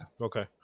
Okay